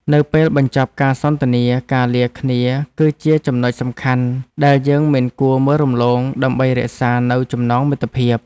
នៅពេលបញ្ចប់ការសន្ទនាការលាគ្នាគឺជាចំណុចសំខាន់ដែលយើងមិនគួរមើលរំលងដើម្បីរក្សានូវចំណងមិត្តភាព។